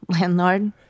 landlord